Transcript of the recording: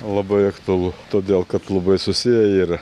labai aktualu todėl kad labai susiję yra